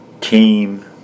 team